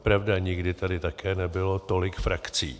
Pravda, nikdy tady také nebylo tolik frakcí.